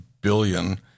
billion